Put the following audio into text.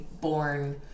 born